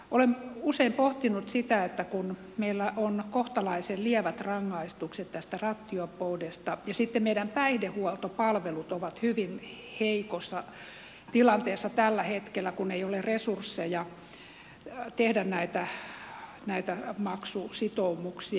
olen usein pohtinut sitä että meillä on kohtalaisen lievät rangaistukset rattijuoppoudesta ja meidän päihdehuoltopalvelumme ovat hyvin heikossa tilanteessa tällä hetkellä kun ei ole resursseja tehdä näitä maksusitoumuksia